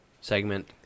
segment